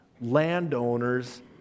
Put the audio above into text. landowners